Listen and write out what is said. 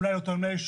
אולי אותו --- שוב,